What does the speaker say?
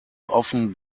often